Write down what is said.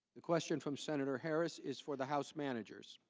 the question from senator harris's for the house managers.